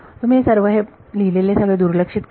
तुम्ही सर्व हे लिहिलेले सगळे दुर्लक्षित करा